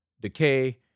decay